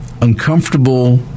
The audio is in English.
uncomfortable